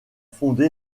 fondé